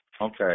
Okay